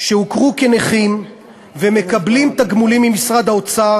שהוכרו כנכים ומקבלים תגמולים ממשרד האוצר